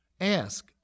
Ask